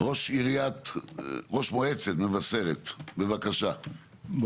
ראש מועצת מבשרת, בבקשה, יורם שמעון.